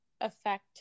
affect